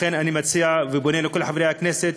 לכן אני מציע ופונה לכל חברי הכנסת,